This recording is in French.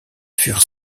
furent